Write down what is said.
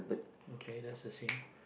okay that's the same